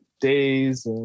days